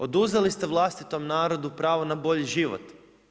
Oduzeli ste vlastitom narodu pravo na bolji život.